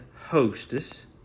hostess